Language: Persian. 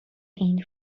این